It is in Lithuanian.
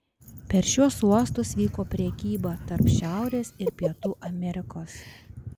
per šiuos uostus vyko prekyba tarp šiaurės ir pietų amerikos